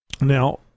Now